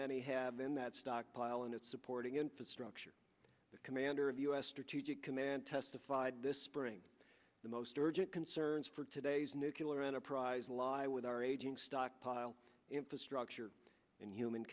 many have in that stockpile and it's supporting infrastructure the commander of u s strategic command testified this spring the most urgent concerns for today's nucular enterprise lie with our aging stockpile infrastructure and human